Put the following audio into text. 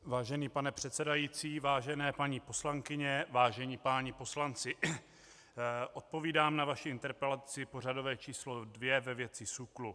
Vážený pane předsedající, vážené paní poslankyně, vážení páni poslanci, odpovídám na vaši interpelaci pořadové číslo 2 ve věci SÚKL.